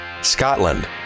Scotland